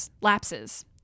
lapses